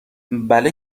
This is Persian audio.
بله